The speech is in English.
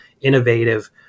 innovative